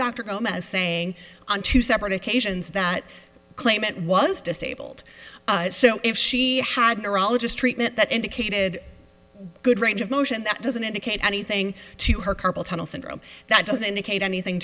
gomez saying on two separate occasions that claimant was disabled so if she had neurologist treatment that indicated a good range of motion that doesn't indicate anything to her carpal tunnel syndrome that doesn't indicate anything